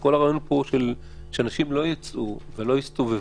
כל הרעיון פה שאנשים לא יצאו ולא יסתובבו.